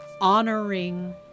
honoring